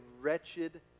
wretched